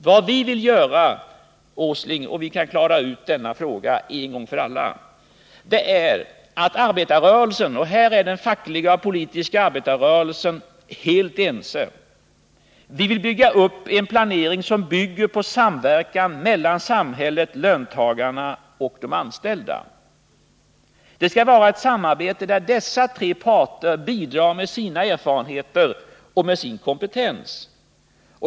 Vad arbetarrörelsen vill göra — och här är den fackliga och den politiska arbetarrörelsen helt ense — är att bygga upp en industripolitisk planering som vilar på samverkan mellan samhället, löntagarna och de anställda. Det skall vara ett samarbete där dessa tre parter bidrar med sina erfarenheter och med sin kompetens.